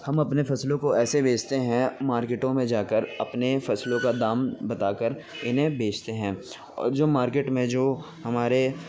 ہم اپنے فصلوں کو ایسے بیچتے ہیں مارکیٹوں میں جا کر اپنے فصلوں کا دام بتا کر انہیں بیچتے ہیں جو مارکیٹ میں جو ہمارے